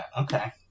Okay